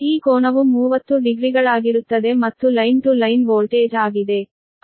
ಈ ಕೋನವು 30 ಡಿಗ್ರಿಗಳಾಗಿರುತ್ತದೆ ಮತ್ತು ಲೈನ್ ಟು ಲೈನ್ ವೋಲ್ಟೇಜ್ ಆಗಿದೆ